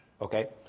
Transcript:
okay